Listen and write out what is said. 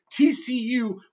TCU